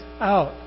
out